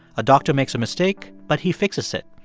a doctor makes a mistake but he fixes it,